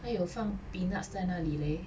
他有放 peanuts 在那里 leh